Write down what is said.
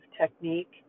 technique